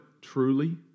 truly